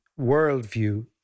worldview